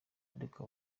ariko